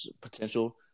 potential